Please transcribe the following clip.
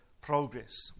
progress